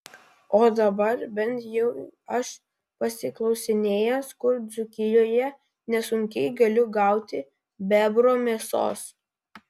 o dabar bent jau aš pasiklausinėjęs kur dzūkijoje nesunkiai galiu gauti bebro mėsos